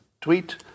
tweet